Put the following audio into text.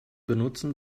benutzen